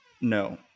no